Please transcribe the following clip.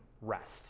rest